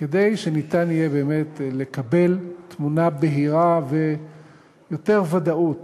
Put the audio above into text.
כדי שניתן יהיה באמת לקבל תמונה בהירה ויותר ודאות